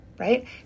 Right